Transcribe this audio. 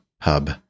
hub